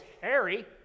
Harry